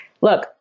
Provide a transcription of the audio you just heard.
Look